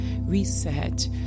reset